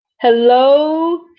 Hello